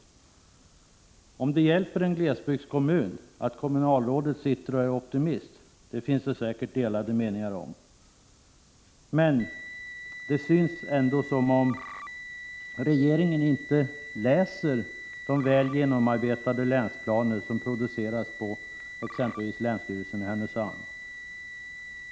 Huruvida det hjälper en glesbygdskommun att kommunalrådet är optimist finns det säkert delade meningar om. 77 Det synes som om regeringen inte läser de väl genomarbetade länsplaner som framställs på exempelvis länsstyrelsen i Härnösand.